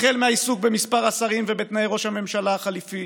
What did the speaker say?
החל מהעיסוק במספר השרים ובתנאי ראש הממשלה החליפי,